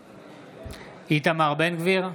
בעד איתמר בן גביר,